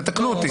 תתקנו אותי.